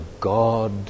God